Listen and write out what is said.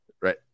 Right